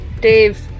Dave